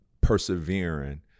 persevering